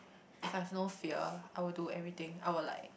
if I've no fear I would do everything I will like